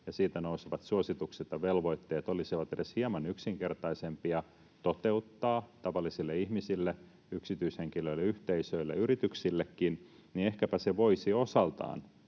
ja siitä nousevat suositukset ja velvoitteet olisivat edes hieman yksinkertaisempia toteuttaa tavallisille ihmisille, yksityishenkilöille, yhteisöille ja yrityksillekin, niin ehkäpä se voisi osaltaan